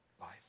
life